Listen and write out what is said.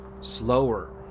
slower